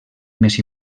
més